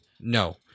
No